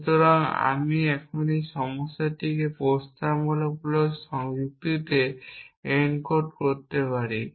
সুতরাং আমি এখন এই সমস্যাটিকে প্রস্তাবনামূলক যুক্তিতে এনকোড করতে পারি